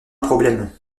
problème